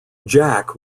jack